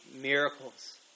miracles